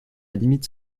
limite